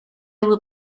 will